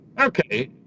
Okay